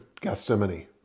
Gethsemane